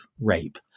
rape